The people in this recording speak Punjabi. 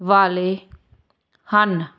ਵਾਲੇ ਹਨ